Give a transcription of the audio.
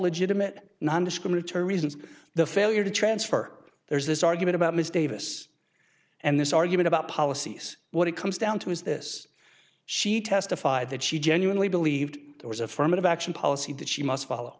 legitimate nondiscriminatory reasons the failure to transfer there's this argument about ms davis and this argument about policies what it comes down to is this she testified that she genuinely believed there was affirmative action policy that she must follow